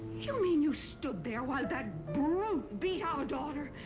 so mean you stood there while that brute beat our daughter?